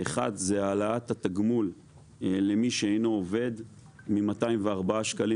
1. העלאת התגמול למי שאינו עובד מ-204 שקלים